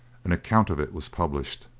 an account of it was published.